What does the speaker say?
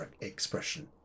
expression